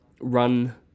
run